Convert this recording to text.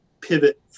pivot